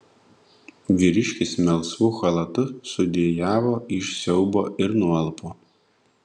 vyriškis melsvu chalatu sudejavo iš siaubo ir nualpo